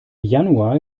januar